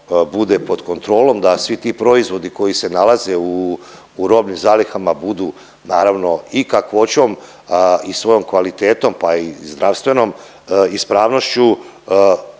bude pod kontrolom, da svi ti proizvodi koji se nalaze u robnim zalihama budu naravno i kakvoćom i svojom kvalitetom pa i zdravstvenom ispravnošću